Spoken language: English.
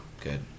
Good